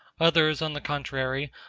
others, on the contrary,